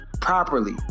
properly